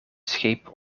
schepen